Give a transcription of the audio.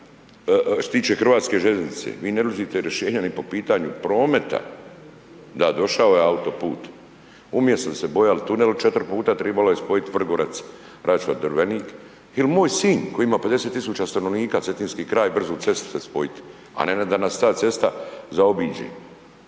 se tiče Hrvatske željeznice, vi ne nudite rješenje ni po pitanju prometa. Da došao je autoput, umjesto da ste se bojali tunela 4 puta trebalo je spojiti Vrgorac, Račve Drvenik, jer moj Sinj koji ima 50 tisuća stanovnika, Cetinjski kraj, brzu cestu za spojiti, a ne da nas ta cesta zaobiđe.